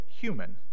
human